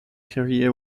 career